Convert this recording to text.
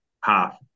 half